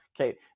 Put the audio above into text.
Okay